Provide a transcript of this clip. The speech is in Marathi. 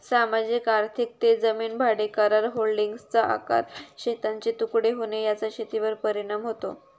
सामाजिक आर्थिक ते जमीन भाडेकरार, होल्डिंग्सचा आकार, शेतांचे तुकडे होणे याचा शेतीवर परिणाम होतो